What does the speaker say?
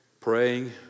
praying